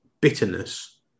bitterness